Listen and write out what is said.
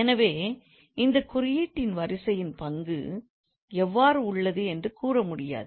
எனவே இந்த குறியீட்டின் வரிசையின் பங்கு எவ்வாறு உள்ளது என்று கூற முடியாது